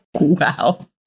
Wow